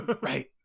Right